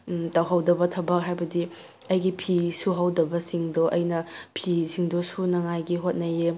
ꯇꯧꯍꯧꯗꯕ ꯊꯕꯛ ꯍꯥꯏꯕꯗꯤ ꯑꯩꯒꯤ ꯐꯤ ꯁꯨꯍꯧꯗꯕꯁꯤꯡꯗꯣ ꯑꯩꯅ ꯐꯤꯁꯤꯡꯗꯣ ꯁꯨꯅꯉꯥꯏꯒꯤ ꯍꯣꯠꯅꯩꯑꯦ